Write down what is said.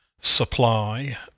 supply